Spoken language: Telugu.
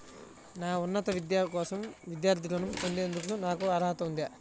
నా ఉన్నత విద్య కోసం విద్యార్థి రుణం పొందేందుకు నాకు అర్హత ఉందా?